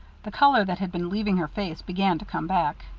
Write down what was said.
the color, that had been leaving her face, began to come back.